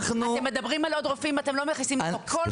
אתם מדברים על עוד רופאים אבל לא מכניסים לחוק.